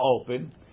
open